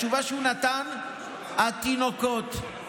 התשובה שהוא נתן: התינוקות.